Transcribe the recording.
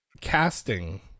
casting